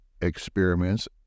experiments